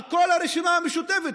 על כל הרשימה המשותפת,